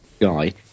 Guy